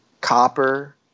copper